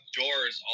doors